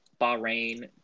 Bahrain